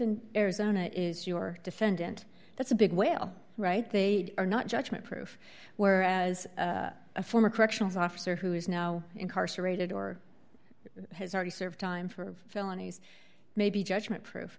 the arizona is your defendant that's a big well right they are not judgment proof where as a former corrections officer who is now incarcerated or has already served time for felonies may be judgment proof